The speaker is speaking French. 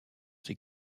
ses